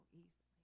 easily